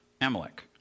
Amalek